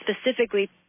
specifically